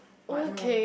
but no